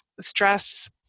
Stress